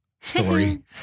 story